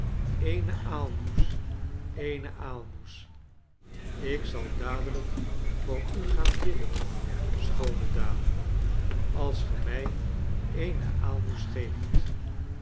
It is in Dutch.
eene aalmoes eene aalmoes ik zal dadelijk voor u gaan bidden schoone dame als ge mij eene aalmoes geeft